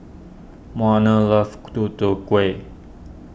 Marner loves Tutu Kueh